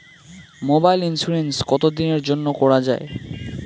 মোবাইলের ইন্সুরেন্স কতো দিনের জন্যে করা য়ায়?